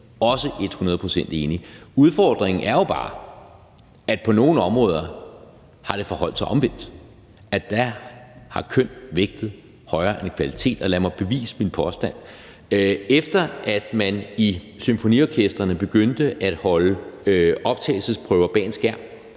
hundrede procent enige i. Udfordringen er jo bare, at på nogle områder har det forholdt sig omvendt. Der har køn vægtet højere end kvalitet. Lad mig bevise min påstand: Efter at man i symfoniorkestrene begyndte at holde optagelsesprøver bag en skærm,